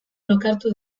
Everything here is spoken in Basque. lokartu